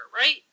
right